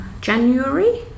January